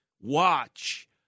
watch